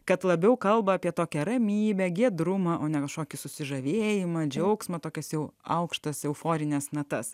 kad labiau kalba apie tokią ramybę giedrumą o ne kažkokį susižavėjimą džiaugsmą tokias jau aukštas euforines natas